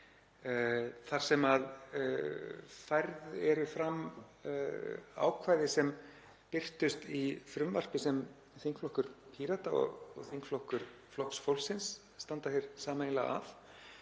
þar sem færð eru fram ákvæði sem birtust í frumvarpi sem þingflokkur Pírata og þingflokkur Flokks fólksins standa sameiginlega að,